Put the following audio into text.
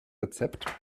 rezept